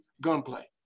gunplay